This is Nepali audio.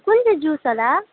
कुन चाहिँ जुस होला